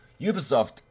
Ubisoft